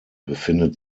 befindet